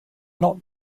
not